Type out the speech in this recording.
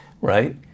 Right